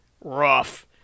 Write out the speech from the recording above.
Rough